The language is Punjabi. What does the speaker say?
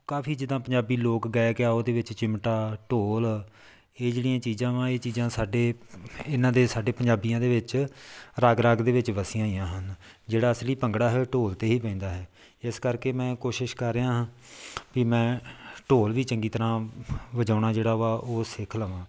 ਕਾਫ਼ੀ ਜਿੱਦਾਂ ਪੰਜਾਬੀ ਲੋਕ ਗਾਇਕ ਆ ਉਹਦੇ ਵਿੱਚ ਚਿਮਟਾ ਢੋਲ ਇਹ ਜਿਹੜੀਆਂ ਚੀਜ਼ਾਂ ਵਾ ਇਹ ਚੀਜ਼ਾਂ ਸਾਡੇ ਇਹਨਾਂ ਦੇ ਸਾਡੇ ਪੰਜਾਬੀਆਂ ਦੇ ਵਿੱਚ ਰਗ ਰਗ ਦੇ ਵਿੱਚ ਵਸੀਆਂ ਹੋਈਆਂ ਹਨ ਜਿਹੜਾ ਅਸਲੀ ਭੰਗੜਾ ਹੈ ਉਹ ਢੋਲ 'ਤੇ ਹੀ ਪੈਂਦਾ ਹੈ ਇਸ ਕਰਕੇ ਮੈਂ ਕੋਸ਼ਿਸ਼ ਕਰ ਰਿਹਾ ਹਾਂ ਵੀ ਮੈਂ ਢੋਲ ਵੀ ਚੰਗੀ ਤਰ੍ਹਾਂ ਵਜਾਉਣਾ ਜਿਹੜਾ ਵਾ ਉਹ ਸਿੱਖ ਲਵਾਂ